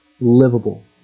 livable